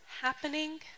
happening